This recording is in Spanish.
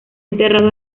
enterrado